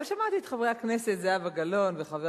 אבל שמעתי את חברת הכנסת זהבה גלאון וחבר